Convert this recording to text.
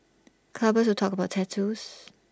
clubbers who talk about tattoos